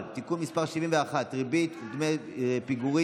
(תיקון מס' 71) (ריבית ודמי פיגורים),